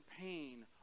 pain